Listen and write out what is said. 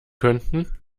könnten